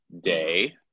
day